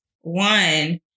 one